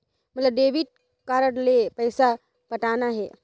मोला debit card ले पइसा पटाना हे?